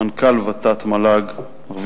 מנכ"ל מל"ג-ות"ת,